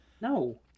no